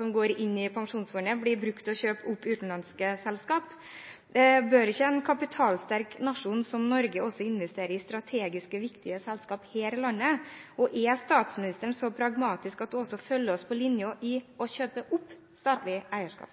som går inn i Pensjonsfondet, blir brukt til å kjøpe opp utenlandske selskap. Bør ikke en kapitalsterk nasjon som Norge også investere i strategisk viktige selskaper her i landet, og er statsministeren så pragmatisk at hun også følger oss på det å kjøpe